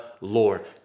Lord